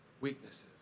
weaknesses